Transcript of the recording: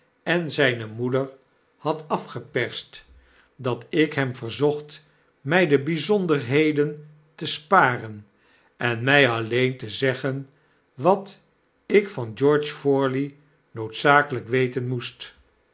en zijne moeder had afgeperst dat ik hem verzocht my de byzonderheden te sparen en my alleen te zeggen wat ik van george forley noodzakelp weten moest